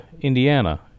indiana